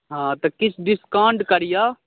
हँ तऽ किछु डिस्काउण्ट करिऔ